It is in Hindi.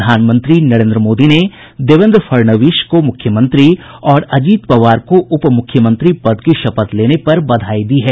प्रधानमंत्री नरेंद्र मोदी ने देवेन्द्र फड़णवीस को मुख्यमंत्री और अजीत पवार को उप मुख्यमंत्री पद की शपथ लेने पर बधाई दी है